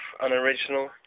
unoriginal